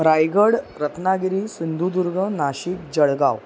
Raigad Ratnagiri Sindhudurg Nashik Jalgaon